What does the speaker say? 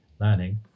learning